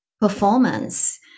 performance